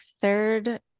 third